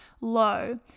low